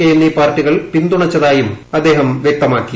K എന്നീ പാർട്ടികൾ പിന്തുണച്ചതായും അദ്ദേഹം വ്യക്തമാക്കി